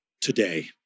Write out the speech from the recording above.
today